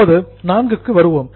இப்போது 4 க்கு வருவோம்